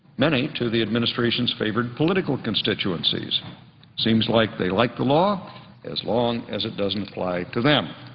many to the administration's favored political constituency. it seems like they like the law as long as it doesn't apply to them.